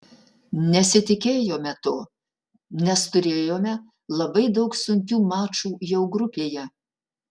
nesitikėjome to nes turėjome labai daug sunkių mačų jau grupėje